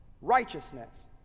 Righteousness